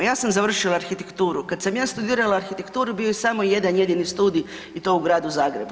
Ja sam završila arhitekturu, kad sam ja studirala arhitekturu, bio je samo jedan jedini studij i to u gradu Zagrebu.